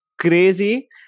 crazy